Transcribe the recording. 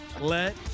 Let